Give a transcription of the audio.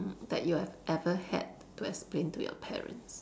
mm that you have ever had to explain to your parents